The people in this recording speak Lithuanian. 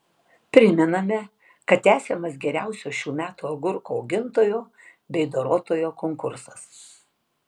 primename kad tęsiamas geriausio šių metų agurkų augintojo bei dorotojo konkursas